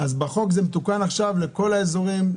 אז בחוק זה מתוקן עכשיו לכל האזורים?